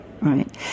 right